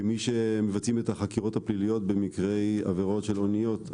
כמי שמבצעים את החקירות הפליליות במקרי עבירות של אוניות,